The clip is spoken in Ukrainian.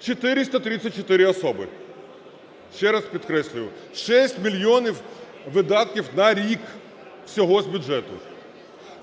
434 особи, ще раз підкреслюю, 6 мільйонів видатків на рік всього з бюджету.